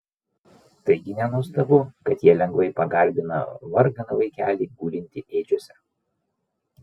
taigi nenuostabu kad jie lengvai pagarbina varganą vaikelį gulintį ėdžiose